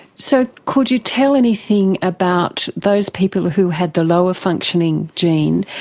so could you tell anything about those people who had the lower functioning gene,